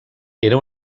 era